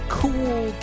cool